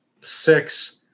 Six